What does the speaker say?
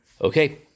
Okay